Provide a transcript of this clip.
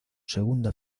segunda